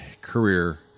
career